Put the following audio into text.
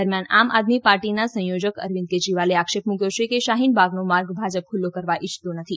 દરમિયાન આમ આદમી પાર્ટીના સંયોજક અરવિંદ કેજરીવાલે આક્ષેપ મૂક્યો છે કે શાહીન બાગનો માર્ગ ભાજપ ખુલ્લો કરવા ઇચ્છતું નથી